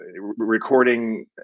recording